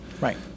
Right